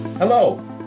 Hello